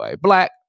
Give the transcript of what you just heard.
black